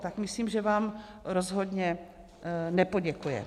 Tak myslím, že vám rozhodně nepoděkuje.